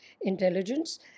intelligence